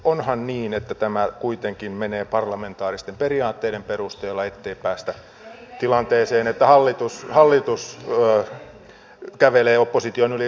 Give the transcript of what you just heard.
onhan niin että tämä kuitenkin menee parlamentaaristen periaatteiden perusteella ettei päästä tilanteeseen että hallitus kävelee opposition yli